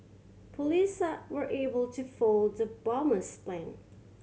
police were able to foil the bomber's plan